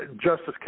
Justice